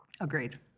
Agreed